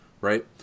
Right